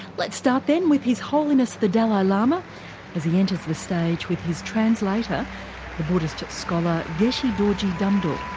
let's start then with his holiness the dalai lama as he enters the stage with his translator the buddhist scholar geshe dorji damdul.